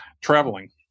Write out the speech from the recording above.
traveling